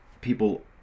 people